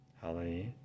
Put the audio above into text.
Hallelujah